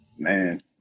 Man